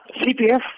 CPF